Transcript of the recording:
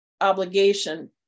obligation